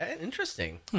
interesting